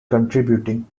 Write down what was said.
contributing